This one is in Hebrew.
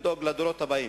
לדאוג לדורות הבאים,